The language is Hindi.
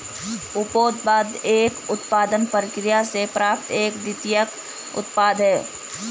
उपोत्पाद एक उत्पादन प्रक्रिया से प्राप्त एक द्वितीयक उत्पाद है